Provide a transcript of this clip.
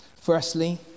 Firstly